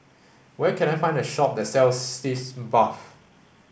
where can I find a shop that sells Sitz bath